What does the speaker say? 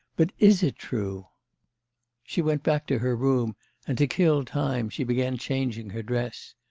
but is it true she went back to her room and, to kill time, she began changing her dress.